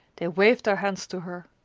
they waved their hands to her.